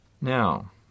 Now